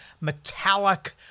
metallic